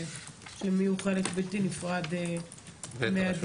שהם יהיו חלק בלתי נפרד מהדיונים.